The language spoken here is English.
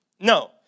No